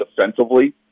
defensively